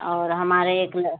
और हमारे एक